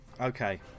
Okay